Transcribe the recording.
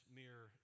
mere